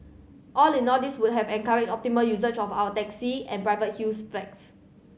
all in all this would have encourage optimal usage of our taxi and private hills flats